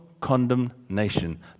condemnation